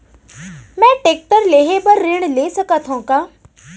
मैं टेकटर लेहे बर ऋण ले सकत हो का?